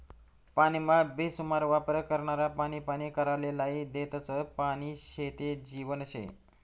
पानीना बेसुमार वापर करनारा पानी पानी कराले लायी देतस, पानी शे ते जीवन शे